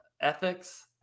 ethics